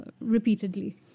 repeatedly